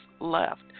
left